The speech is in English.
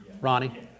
Ronnie